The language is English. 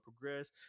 progress